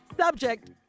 Subject